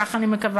כך אני מקווה,